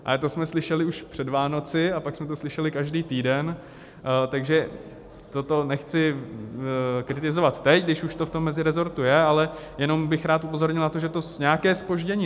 Ale to jsme slyšeli už před Vánoci a pak jsme to slyšeli každý týden, takže toto nechci kritizovat teď, když už to v tom mezirezortu je, ale jenom bych rád upozornil na to, že to nějaké zpoždění nabralo.